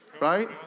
Right